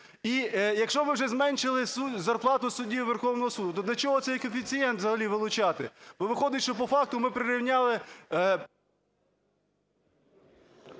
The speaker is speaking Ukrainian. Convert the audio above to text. І якщо ми вже зменшили зарплату судді Верховного Суду, то до чого цей коефіцієнт взагалі вилучати? Виходить, що по факту ми прирівняли…